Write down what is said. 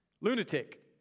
lunatic